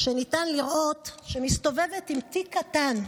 ניתן לראות שהיא מסתובבת עם תיק קטן,